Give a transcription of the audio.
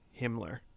Himmler